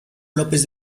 lópez